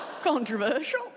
Controversial